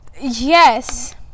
Yes